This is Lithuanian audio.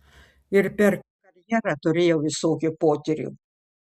ir per karjerą turėjau visokių potyrių